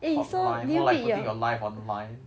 hotline more like putting you life on the line